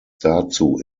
dazu